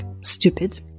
stupid